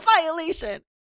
violation